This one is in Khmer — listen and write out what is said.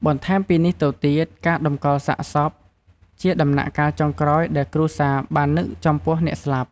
បន្ថែមពីនេះទៅទៀតការតម្កលសាកសពជាដំណាក់កាលចុងក្រោយដែលគ្រួសារបាននឹកចំពោះអ្នកស្លាប់។